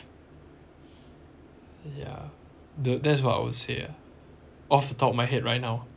ya the that's what I would say ah off the top of my head right now